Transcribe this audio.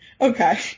Okay